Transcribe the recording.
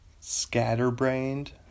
scatterbrained